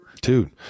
Dude